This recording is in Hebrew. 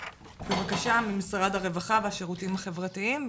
ממשרד הרווחה והשירותים החברתיים,